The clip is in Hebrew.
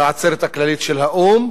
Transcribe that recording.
בעצרת הכללית של האו"ם